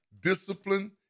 discipline